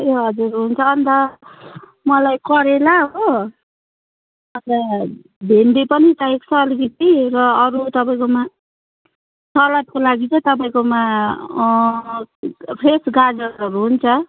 ए हजुर हुन्छ अन्त मलाई करेला हो अन्त भेण्डी पनि चाहिएको छ अलिकति र अरू तपाईँकोमा सलादको लागि चाहिँ तपाईँकोमा फ्रेस गाजरहरू हुन्छ